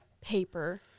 paper